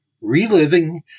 Reliving